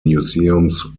museums